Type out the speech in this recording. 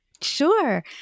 Sure